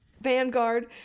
Vanguard